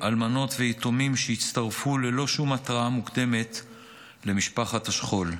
אלמנות ויתומים שהצטרפו ללא שום התראה מוקדמת למשפחת השכול.